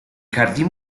jardín